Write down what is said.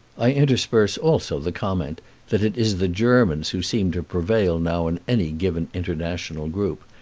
i intersperse also the comment that it is the germans who seem to prevail now in any given international group,